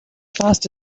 fast